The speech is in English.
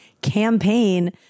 campaign